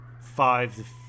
five